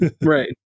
Right